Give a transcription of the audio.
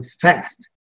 fast